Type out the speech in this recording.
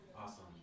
Awesome